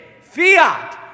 Fiat